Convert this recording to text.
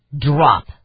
drop